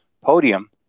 podium